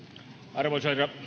arvoisa herra